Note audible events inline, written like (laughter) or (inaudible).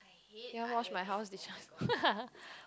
can you wash my house dishes (laughs)